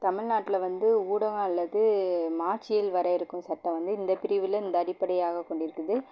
தமில்நாட்டில் வந்து ஊடகம் அல்லது மாச்சியில் வர இருக்கும் சட்டம் வந்து இந்த பிரிவில் இந்த அடிப்படையாக கொண்டிருக்குது